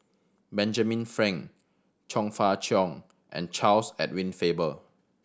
Benjamin Frank Chong Fah Cheong and Charles Edward Faber